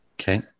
Okay